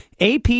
AP